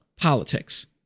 politics